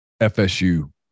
FSU